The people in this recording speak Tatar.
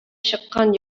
чыккан